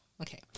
Okay